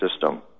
system